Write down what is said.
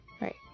right